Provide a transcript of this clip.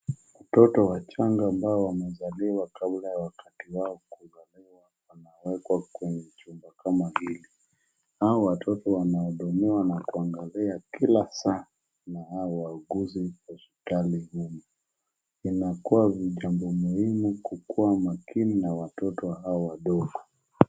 Watoto wachanga ambao wamezaliwa kabla ya wakati wao kuzaliwa wanawekwa kwenye chumba kama hii. Hao watoto wanahudumiwa na kuangalia kila saa na hao wauguzi hospitali humu. Inakua ni jambo muhimu kukua makini na watoto hawa wadogo.